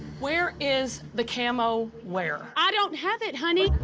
where is the camo wear? i don't have it, honey.